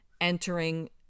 entering